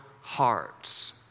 hearts